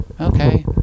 okay